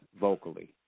vocally